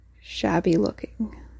shabby-looking